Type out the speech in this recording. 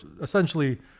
essentially –